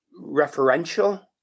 referential